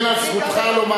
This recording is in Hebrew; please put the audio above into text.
כי אגן על זכותך לומר.